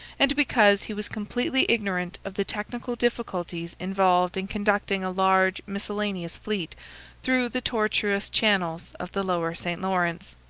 and because he was completely ignorant of the technical difficulties involved in conducting a large, miscellaneous fleet through the tortuous channels of the lower st lawrence.